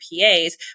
PAs